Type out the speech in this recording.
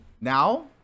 Now